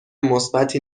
مثبتی